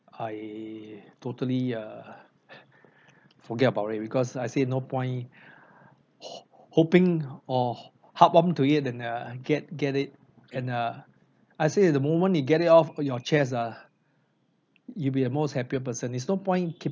I totally err forget about it because I see no point hopping or hop on to it and uh get get it and uh I say at the moment you get it off your chest ah you'll be at most happier person there's no point keep~